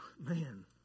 man